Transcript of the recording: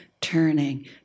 turning